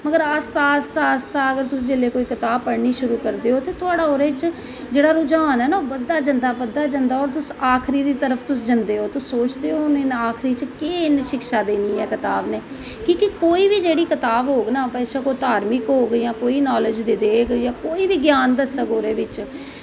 मगर आस्ता आस्ता जिसलै तुस कोई कताब पढ़नी शुरुस करदे हो ते तुआढ़ा ओहदे च जेह्ड़ा रुझान ऐ ना बधदा जंदा बधदा जंदा और तुस आखरी दी तरफ तुस जंदी हो तुस सोचदे हो केह् इन्न शिक्षा देनी ऐ कताब नै कि के कोई बी जेह्की कताब होग ना बेशक्क ओह् धार्मिक होग कोई नालेज़ देग जां कोई किश दस्सग ओह्दे बिच्च